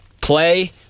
Play